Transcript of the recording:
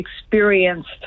experienced